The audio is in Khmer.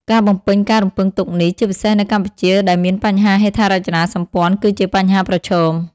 ការបំពេញការរំពឹងទុកនេះ ជាពិសេសនៅកម្ពុជាដែលមានបញ្ហាហេដ្ឋារចនាសម្ព័ន្ធ គឺជាបញ្ហាប្រឈម។